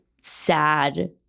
sad